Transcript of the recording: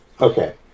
okay